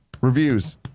reviews